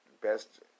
best